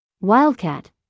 Wildcat